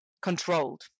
controlled